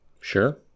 Sure